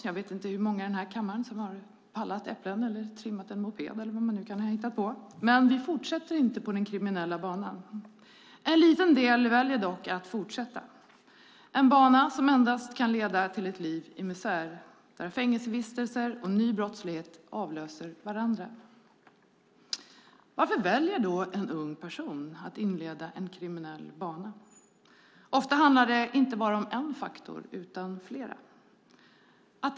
Jag vet inte hur många i denna kammare som har pallat äpplen, trimmat en moped eller vad vi nu kan ha hittat på, men vi fortsätter inte på den kriminella banan. En liten del väljer dock att fortsätta. Det är en bana som endast kan leda till ett liv i misär där fängelsevistelser och ny brottslighet avlöser varandra. Varför väljer då en ung person att inleda en kriminell bana? Ofta handlar det inte bara om en faktor utan om flera.